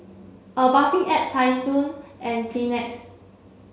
a Bathing Ape Tai Sun and Kleenex